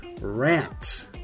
Rant